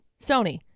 Sony